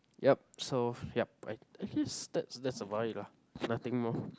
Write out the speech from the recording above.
yup so yup I think that that's about it lah nothing more